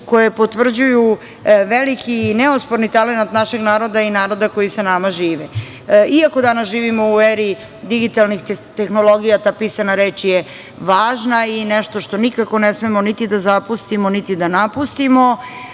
koje potvrđuju veliki i neosporni talenat našeg naroda i naroda koji sa nama žive. Iako danas živimo u eri digitalnih tehnologija, ta pisana reč je važna i nešto što nikako ne smemo niti da zapustimo, niti da napustimo.